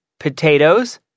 Potatoes